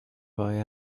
boy